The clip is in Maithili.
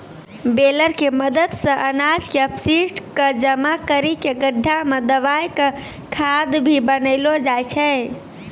बेलर के मदद सॅ अनाज के अपशिष्ट क जमा करी कॅ गड्ढा मॅ दबाय क खाद भी बनैलो जाय छै